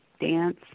dance